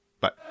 bye